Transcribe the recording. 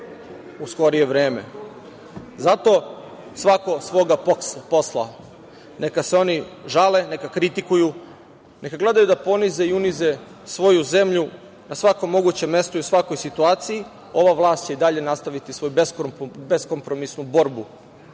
u skorije vreme. Zato svako svoga posla. Neka se oni žale, neka kritikuju, neka gledaju da ponize i unize svoju zemlju na svakom mogućem mestu, u svakoj situaciji. Ova vlast će i dalje nastaviti beskompromisnu borbu